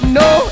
no